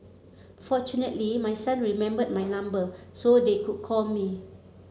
fortunately my son remembered my number so they could call me